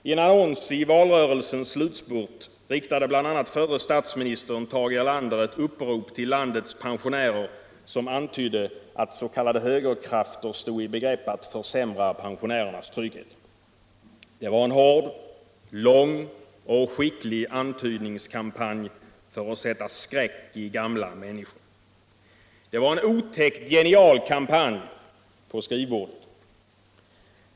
I en annons i valrörelsens slutskede riktade bl.a. förre statministern Tage Erlander ett ”Upprop till landets pensionärer”, som antydde att s.k. högerkrafter stod i begrepp att försämra pensionärernas trygghet. Det var en hård, lång och skicklig antydningskampanj för att sätta skräck i gamla människor. Det var en otäckt genial kampanj — på skrivbordet.